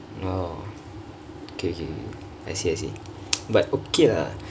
!wow! okay okay I see I see but okay lah